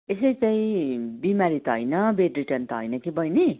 विशेष चाहिँ बिमारी त होइन बेडरिडन त होइन कि बैनी